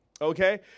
okay